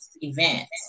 events